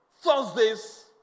Thursdays